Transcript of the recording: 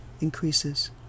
increases